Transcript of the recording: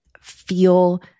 feel